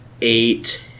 eight